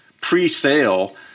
pre-sale